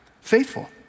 faithful